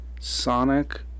Sonic